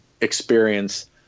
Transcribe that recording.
experience